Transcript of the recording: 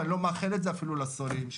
ואני לא מאחל את זה אפילו לשונאים שלי.